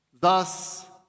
Thus